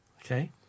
okay